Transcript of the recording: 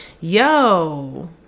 Yo